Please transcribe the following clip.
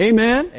Amen